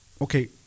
Okay